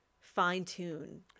fine-tune